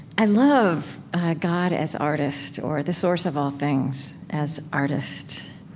i love god as artist or the source of all things as artist.